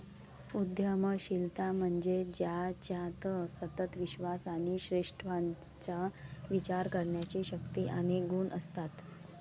उद्यमशीलता म्हणजे ज्याच्यात सतत विश्वास आणि श्रेष्ठत्वाचा विचार करण्याची शक्ती आणि गुण असतात